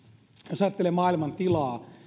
jos ajattelee maailman tilaa